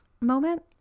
moment